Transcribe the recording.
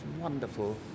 wonderful